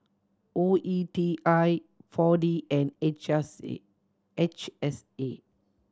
O E T I Four D and H R C H S A